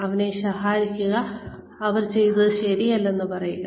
അവരെ ശകാരിക്കുക അവർ ചെയ്തത് ശരിയല്ലെന്ന് പറയുക